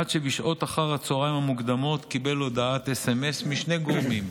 עד שבשעות אחר הצוהריים המוקדמות קיבל הודעת סמ"ס משני גורמים,